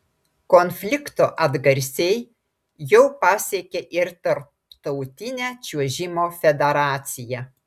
konflikto atgarsiai jau pasiekė ir tarptautinę čiuožimo federaciją